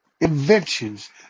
Inventions